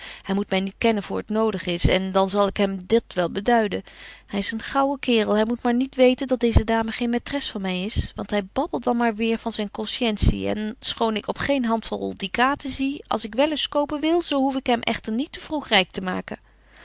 hy moet my niet kennen voor t nodig is en dan zal ik hem dat wel beduiden hy is een gaauwe kerel hy moet maar niet weten dat deeze dame geen maitres van my is want hy babbelt dan maar weêr van zyn conscientie en schoon ik op geen hand vol ducaten zie betje wolff en aagje deken historie van mejuffrouw sara burgerhart als ik wellust kopen wil zo hoef ik hem echter niet te vroeg ryk te maken